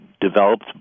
developed